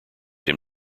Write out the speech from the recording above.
him